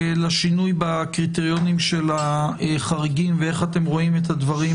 לשינוי בקריטריונים של החריגים ואיך אתם רואים את הדברים